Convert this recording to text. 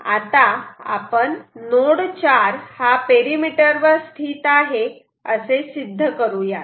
आता आपण नोड 4 हा पेरिमीटर वर स्थित आहे असे सिद्ध करूयात